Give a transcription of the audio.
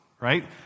right